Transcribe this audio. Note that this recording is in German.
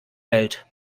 welt